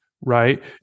right